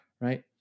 Right